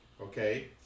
okay